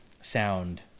sound